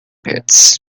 pits